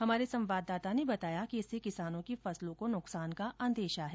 हमारे संवाददाता ने बताया कि इससे किसानों की फसलों को नुकसान का अंदेशा है